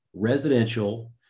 residential